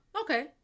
okay